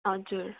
हजुर